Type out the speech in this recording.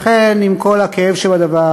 לכן, עם כל הכאב שבדבר,